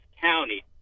county